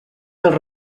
dels